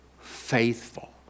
faithful